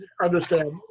understand